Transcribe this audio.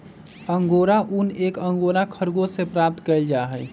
angora ऊन एक angora खरगोश से प्राप्त कइल जाहई